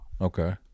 Okay